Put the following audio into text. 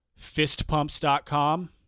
fistpumps.com